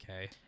Okay